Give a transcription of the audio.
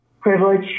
privilege